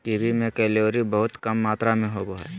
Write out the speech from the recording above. kiwi में calorie बहुत कम मात्र में होबो हइ